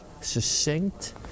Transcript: succinct